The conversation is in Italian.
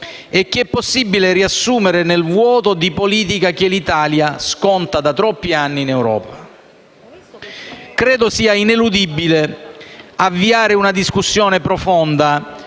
e che è possibile riassumere nel vuoto di politica che l'Italia sconta da troppi anni in Europa. Credo sia ineludibile avviare una discussione profonda,